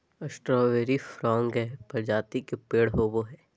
strawberry फ्रगार्य प्रजाति के पेड़ होव हई